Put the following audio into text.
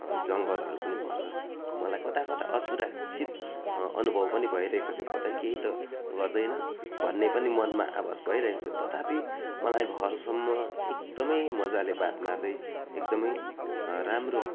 जङ्गलहरू पनि पर्छ मलाई कता कता असुरक्षित अनुभव पनि भइरहेको थियो कतै केही त गर्दैन भन्ने पनि मनमा आभास भइरहेको छ तथापि मलाई घरसम्म एकदमै मजाले बात मार्दै एकदमै राम्रो